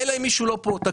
נערוך הצבעה שמית.